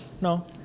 no